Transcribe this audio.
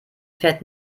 fährt